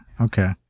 Okay